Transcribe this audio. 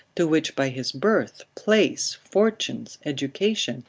to which by his birth, place, fortunes, education,